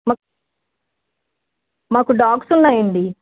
మాకు డాగ్సు ఉన్నాయండి